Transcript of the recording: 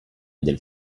del